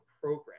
program